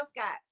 Scott